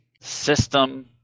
System